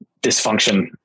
dysfunction